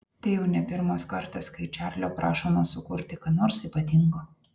tai jau ne pirmas kartas kai čarlio prašoma sukurti ką nors ypatingo